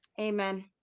Amen